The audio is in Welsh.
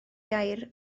gair